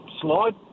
slide